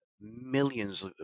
millions